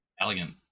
elegant